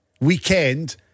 weekend